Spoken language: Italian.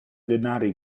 denari